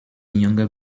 younger